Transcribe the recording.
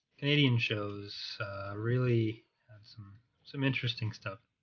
canadian shows really has some some interesting stuff